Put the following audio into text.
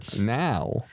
now